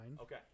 Okay